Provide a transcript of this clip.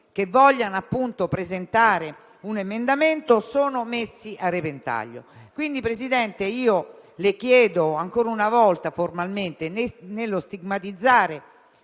che vogliono presentare un emendamento sono messi a repentaglio. Signor Presidente, le chiedo, ancora una volta, formalmente, nello stigmatizzare